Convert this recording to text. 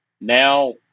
Now